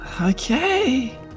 Okay